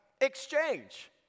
exchange